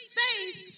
face